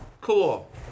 Cool